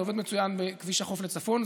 זה עובד מצוין בכביש החוף לצפון,